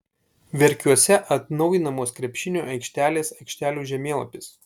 verkiuose atnaujinamos krepšinio aikštelės aikštelių žemėlapis